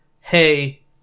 hey